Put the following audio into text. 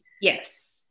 yes